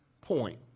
point